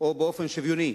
או באופן שוויוני.